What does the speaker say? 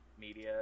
media